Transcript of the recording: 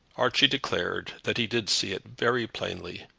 archie declared that he did see it very plainly.